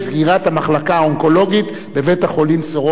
המחלקה האונקולוגית בבית-החולים "סורוקה".